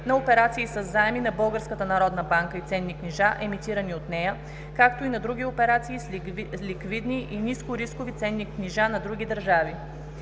народна банка и ценни книжа, емитирани от нея, както и на други операции с ликвидни и нискорискови ценни книжа на други държави,